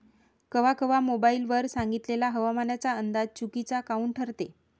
कवा कवा मोबाईल वर सांगितलेला हवामानाचा अंदाज चुकीचा काऊन ठरते?